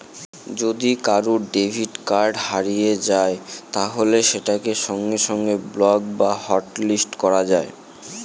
যদি কারুর debit card হারিয়ে যায় তাহলে সেটাকে সঙ্গে সঙ্গে ব্লক বা হটলিস্ট করা যায়